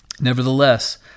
Nevertheless